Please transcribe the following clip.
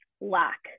lack